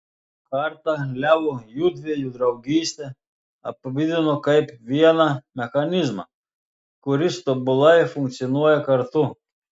kartą leo jųdviejų draugystę apibūdino kaip vieną mechanizmą kuris tobulai funkcionuoja kartu